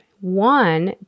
one